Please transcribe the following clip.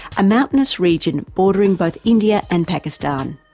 a mountainous region bordering both india and pakistan.